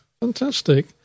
Fantastic